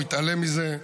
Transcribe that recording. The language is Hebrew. הוא התעלם מזה.